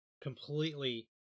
completely